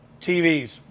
TVs